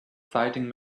fighting